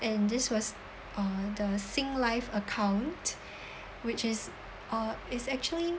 and this was uh the sing live account which is uh it's actually